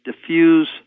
diffuse